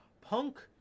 Punk